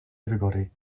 everybody